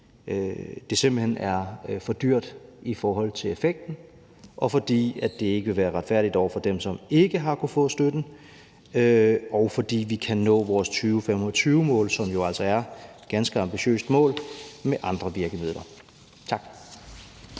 det simpelt hen er for dyrt i forhold til effekten, fordi det ikke ville være retfærdigt over for dem, der ikke har kunnet få støtten, og fordi vi kan nå vores 2025-mål, som jo altså er et ganske ambitiøst mål, med andre virkemidler. Tak.